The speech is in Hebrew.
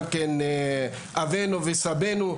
גם אבותינו וסבינו,